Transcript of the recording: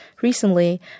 recently